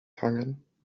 hangen